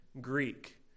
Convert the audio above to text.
Greek